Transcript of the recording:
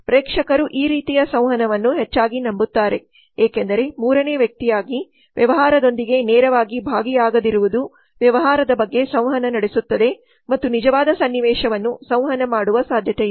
ಪ್ರೇಕ್ಷಕರು ಈ ರೀತಿಯ ಸಂವಹನವನ್ನು ಹೆಚ್ಚಾಗಿ ನಂಬುತ್ತಾರೆ ಏಕೆಂದರೆ ಮೂರನೇ ವ್ಯಕ್ತಿಯಾಗಿ ವ್ಯವಹಾರದೊಂದಿಗೆ ನೇರವಾಗಿ ಭಾಗಿಯಾಗದಿರುವುದು ವ್ಯವಹಾರದ ಬಗ್ಗೆ ಸಂವಹನ ನಡೆಸುತ್ತದೆ ಮತ್ತು ನಿಜವಾದ ಸನ್ನಿವೇಶವನ್ನು ಸಂವಹನ ಮಾಡುವ ಸಾಧ್ಯತೆಯಿದೆ